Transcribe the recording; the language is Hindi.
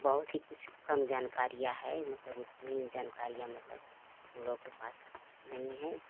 बहुत ही कुछ कम जानकारियाँ है मतलब उतनी जानकारियाँ मतलब लोगों के पास नहीं है